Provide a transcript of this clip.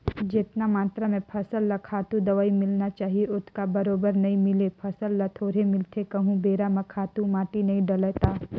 जेतना मातरा में फसल ल खातू, दवई मिलना चाही ओतका बरोबर नइ मिले ले फसल ल थोरहें मिलथे कहूं बेरा म खातू माटी नइ डलय ता